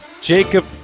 Jacob